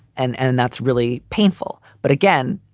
and and that's really painful. but again,